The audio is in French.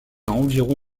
environ